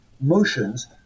motions